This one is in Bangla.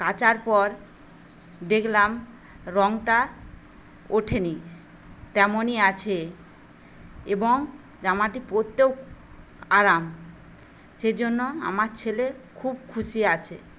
কাচার পর দেখলাম রংটা ওঠেনি তেমনি আছে এবং জামাটি পরতেও আরাম সেজন্য আমার ছেলে খুব খুশি আছে